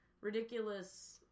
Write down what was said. ridiculous